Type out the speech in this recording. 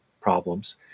problems